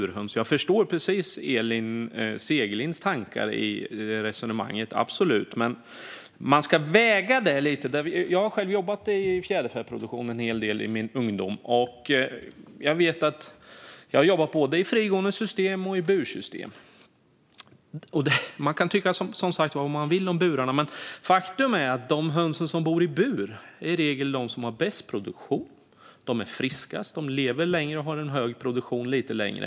Jag förstår precis Elin Segerlinds tankar och resonemang, absolut, men de måste också vägas mot annat. Jag har själv jobbat en hel del i fjäderfäproduktionen i min ungdom, både i frigående system och i bursystem. Man må tycka vad man vill om burarna, men faktum är att de höns som bor i bur i regel är de som har bäst produktion. De är friskast, de lever längre och de har en hög produktion lite längre.